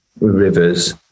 rivers